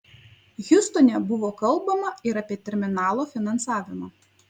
hjustone buvo kalbama ir apie terminalo finansavimą